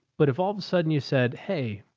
but if all of a sudden you said, hey,